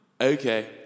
Okay